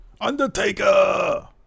Undertaker